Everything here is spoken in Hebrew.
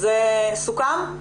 זה סוכם?